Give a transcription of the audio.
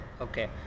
Okay